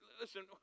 Listen